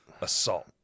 assault